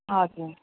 हजुर